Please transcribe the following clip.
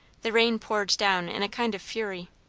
the rain poured down in a kind of fury.